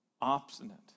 obstinate